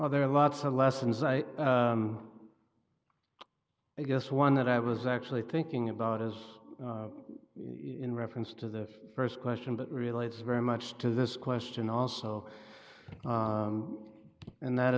well there are lots of lessons i guess one that i was actually thinking about as in reference to the first question but relates very much to this question also and that